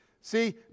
See